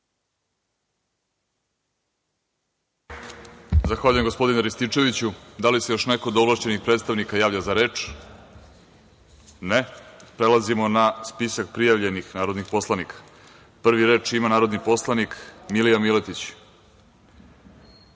Zahvaljujem, gospodine Rističeviću. Da li se još neko od ovlašćenih predstavnika javlja za reč? (Ne)Prelazimo na spisak prijavljenih narodnih poslanika. Prvi reč ima narodni poslanik Milija Miletić. Reč